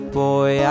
boy